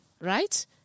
right